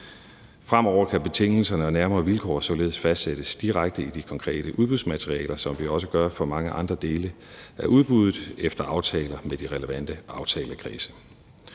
Fremover kan betingelserne og nærmere vilkår således fastsættes direkte i de konkrete udbudsmaterialer, som vi også gør for mange andre dele af udbuddet efter aftaler med de relevante aftalekredse.